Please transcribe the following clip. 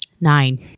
nine